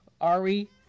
Ari